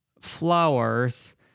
flowers